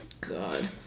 God